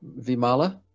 Vimala